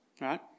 right